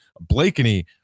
Blakeney